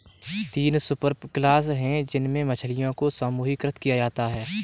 तीन सुपरक्लास है जिनमें मछलियों को समूहीकृत किया जाता है